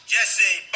Jesse